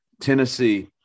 Tennessee